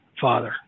Father